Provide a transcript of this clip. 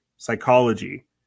psychology